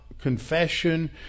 confession